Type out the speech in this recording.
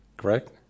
Correct